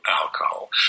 alcohol